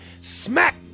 smack